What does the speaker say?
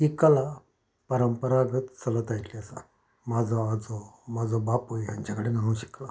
ही कला परंपरागत चलत आयिल्ली आसा म्हजो आजो म्हजो बापूय हांचे कडेन हांव शिकलां